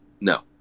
No